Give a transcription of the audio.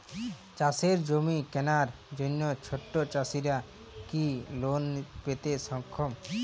চাষের জমি কেনার জন্য ছোট চাষীরা কি লোন পেতে সক্ষম?